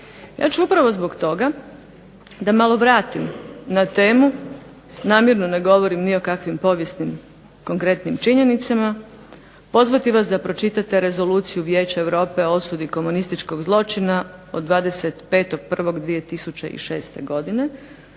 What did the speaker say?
Ja ću upravo zbog toga da malo vratim na temu, namjerno ne govorim ni o kakvim povijesnim konkretnim činjenicama, pozvati vas da pročitate Rezoluciju Vijeća Europe o osudi komunističkog zločina od 25.01.2006. godine